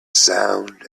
sound